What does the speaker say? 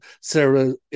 Sarah